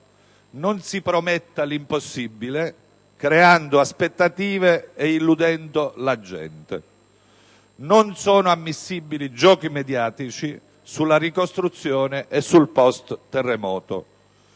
non si prometta l'impossibile creando aspettative e illudendo la gente, che non sono ammissibili giochi mediatici sulla ricostruzione e sul post terremoto.